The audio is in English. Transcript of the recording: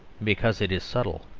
because it is subtle.